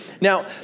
Now